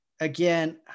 again